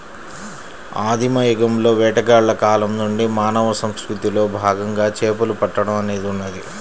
ఆదిమ యుగంలోని వేటగాళ్ల కాలం నుండి మానవ సంస్కృతిలో భాగంగా చేపలు పట్టడం అనేది ఉన్నది